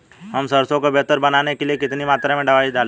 हम सरसों को बेहतर बनाने के लिए कितनी मात्रा में दवाई डालें?